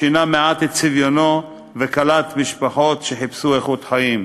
שינה מעט את צביונו וקלט משפחות שחיפשו איכות חיים.